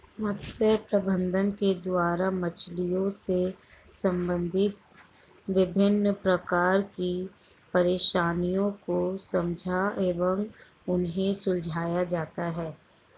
मत्स्य प्रबंधन के द्वारा मछलियों से संबंधित विभिन्न प्रकार की परेशानियों को समझा एवं उन्हें सुलझाया जाता है